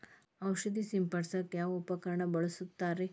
ಔಷಧಿ ಸಿಂಪಡಿಸಕ ಯಾವ ಉಪಕರಣ ಬಳಸುತ್ತಾರಿ?